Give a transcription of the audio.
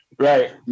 Right